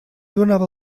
donava